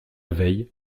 veille